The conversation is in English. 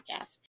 podcast